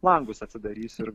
langus atsidarysiu ir